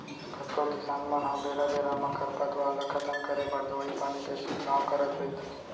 कतको किसान मन ह बेरा बेरा म खरपतवार ल खतम करे बर दवई पानी के छिड़काव करत रइथे